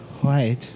White